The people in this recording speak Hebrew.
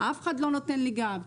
אף אחד לא נותן לי גב.